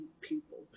people